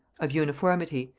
of uniformity,